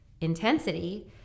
intensity